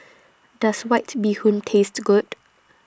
Does White Bee Hoon Taste Good